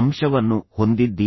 ಅಂಶವನ್ನು ಹೊಂದಿದ್ದೀರಿ ಕೆಳಗೆ ನೀವು ಭೌತಿಕ ಅಂಶವನ್ನು ಹೊಂದಿದ್ದೀರಿ